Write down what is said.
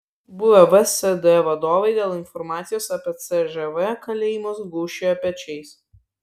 buvę vsd vadovai dėl informacijos apie cžv kalėjimus gūžčioja pečiais